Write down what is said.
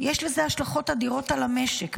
יש לזה השלכות אדירות על המשק,